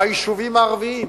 ביישובים הערביים,